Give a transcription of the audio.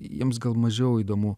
jiems gal mažiau įdomu